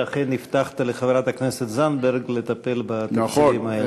ואכן הבטחת לחברת הכנסת זנדברג לטפל בתקציבים האלה.